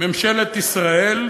ממשלת ישראל,